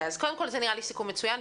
זה נראה לי סיכום מצוין.